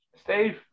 Steve